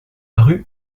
rue